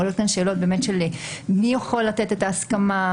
עולות כאן שאלות מי יכול לתת את ההסכמה,